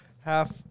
half